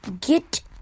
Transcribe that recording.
get